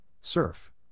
Surf